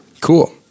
Cool